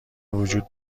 وجود